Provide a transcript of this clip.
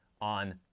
on